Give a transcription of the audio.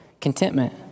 Contentment